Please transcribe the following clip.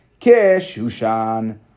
Kishushan